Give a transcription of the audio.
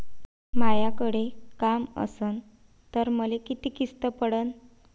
मायाकडे काम असन तर मले किती किस्त पडन?